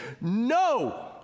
No